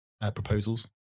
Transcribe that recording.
proposals